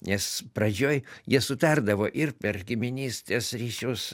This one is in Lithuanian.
nes pradžioj jie sutardavo ir per giminystės ryšius